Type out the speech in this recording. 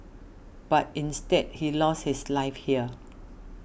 but instead he lost his life here